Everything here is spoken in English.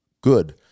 good